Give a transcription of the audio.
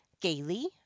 gaily